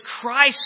Christ